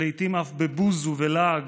ולעיתים אף בבוז ובלעג.